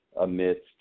amidst